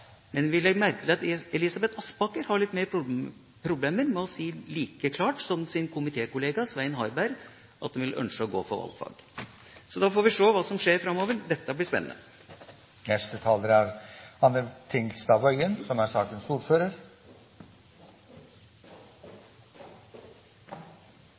Men vi legger merke til at Elisabeth Aspaker har litt mer problemer med å si like klart som sin komitékollega at de ønsker å gå for valgfag. Så da får vi se hva som skjer framover. Det blir spennende.